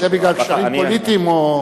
זה בגלל קשרים פוליטיים או,